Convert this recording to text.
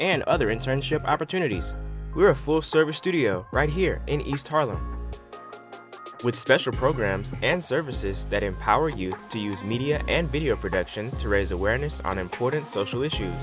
and other internship opportunities we're a full service studio right here in east harlem with special programs and services that empower you to use media and video production to raise awareness on important social issues